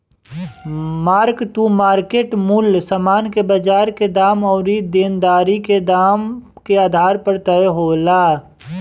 mark to market मूल्य समान के बाजार के दाम अउरी देनदारी के दाम के आधार पर तय होला